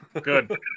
Good